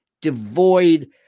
devoid